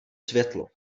světlo